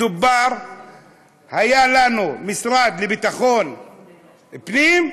היה לנו משרד לביטחון פנים,